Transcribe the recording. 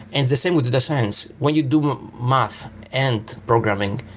and the same with the science. when you do math and programming,